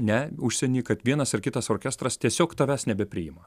ne užsieny kad vienas ar kitas orkestras tiesiog tavęs nebepriima